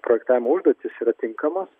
projektavimo užduotys yra tinkamos